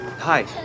Hi